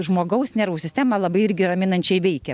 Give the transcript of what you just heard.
žmogaus nervų sistemą labai irgi raminančiai veikia